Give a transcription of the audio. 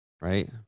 Right